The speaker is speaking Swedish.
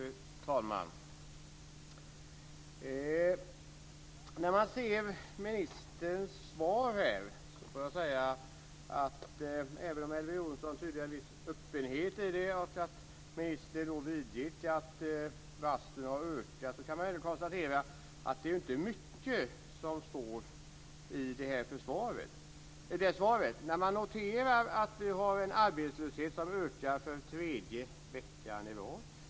Fru talman! När jag ser ministerns svar får jag säga att det även om Elver Jonsson tyder en viss öppenhet i det och ministern vidgick att varslen har ökat inte är mycket som står i det. Man kan notera att vi har en arbetslöshet som ökar för tredje veckan i rad.